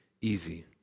easy